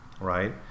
right